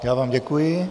Já vám děkuji.